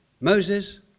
Moses